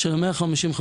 של 150 החברות.